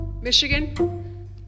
Michigan